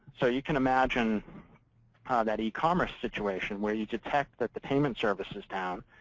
so you can imagine ah that e-commerce situation where you detect that the payment service is down.